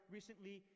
Recently